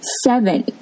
seven